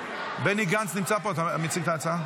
בני גנץ נמצא פה, אתה מציג את ההצעה?